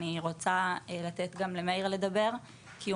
אני רוצה לאפשר גם למאיר לדבר כי הוא